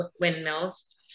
windmills